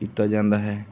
ਕੀਤਾ ਜਾਂਦਾ ਹੈ